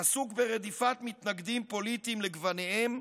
עסוק ברדיפת מתנגדים פוליטיים לגווניהם,